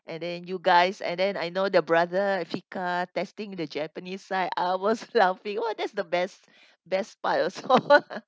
and then you guys and then I know the brother testing the japanese side I was laughing !whoa! that's the best best part also